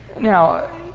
now